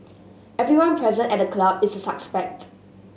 everyone present at the club is suspect